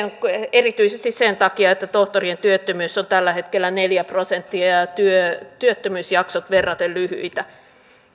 erityisesti sen takia että tohtorien työttömyys on tällä hetkellä neljä prosenttia ja ja työttömyysjaksot verraten lyhyitä